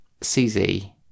CZ